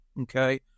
okay